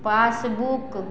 passbook